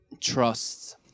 trust